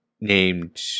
named